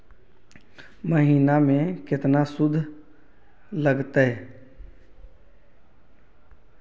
महिना में केतना शुद्ध लगतै?